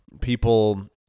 people